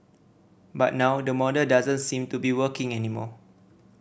but now that model doesn't seem to be working anymore